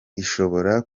ishobora